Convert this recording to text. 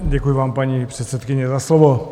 Děkuji vám, paní předsedkyně, za slovo.